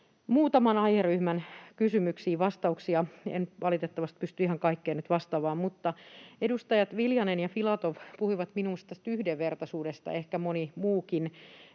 Muutaman aiheryhmän kysymyksiin vastauksia. En valitettavasti pysty ihan kaikkiin nyt vastaamaan, mutta edustajat Viljanen ja Filatov puhuivat minusta tästä yhdenvertaisuudesta, ehkä moni muukin